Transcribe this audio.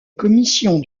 commission